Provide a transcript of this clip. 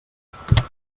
generalitat